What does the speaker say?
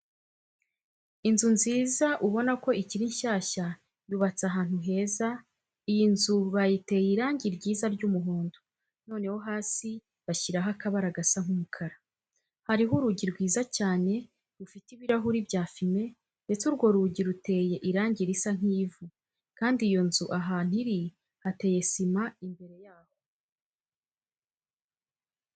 Inzu nziza ubona ko ikiri nshyashya yubatse ahantu heza, iyi nzu bayiteye irangi ryiza ry'umuhondo, noneho hasi bashyiraho akabara gasa nk'umukara. Hariho urugi rwiza cyane rufite ibirahuri bya fime ndetse urwo rugi ruteye irangi risa nk'ivu kandi iyo nzu ahantu iri hateye sima imbere yaho.